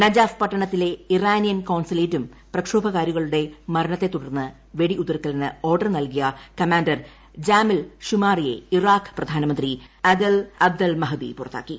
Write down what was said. നജാഫ് പട്ടണത്തിലെ ഇറാനിയൻ കോൺസുലേറ്റും പ്രക്ഷോഭകാരികളുടെ മരണത്തെ തുടർന്ന് വെടി ഉതിർക്കലിന് ഓർഡർ നൽകിയ കമാൻഡർ ജാമിൽ ഷുമാറിയെ ഇറാഖ് പ്രധാനമന്ത്രി അഡൽ അബ്ദൽ മഹദി പുറത്താക്കി